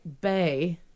bay